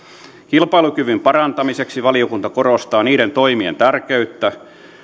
kilpailukyvyn parantamiseksi valiokunta korostaa niiden toimien tärkeyttä